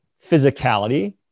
physicality